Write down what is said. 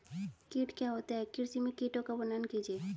कीट क्या होता है कृषि में कीटों का वर्णन कीजिए?